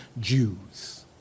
Jews